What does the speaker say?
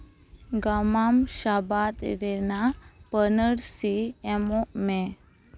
ᱜᱟᱢᱟᱢ ᱥᱟᱵᱟᱫ ᱨᱮᱱᱟᱜ ᱯᱟᱹᱱᱟᱹᱨᱥᱤ ᱮᱢᱚᱜ ᱢᱮ